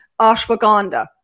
ashwagandha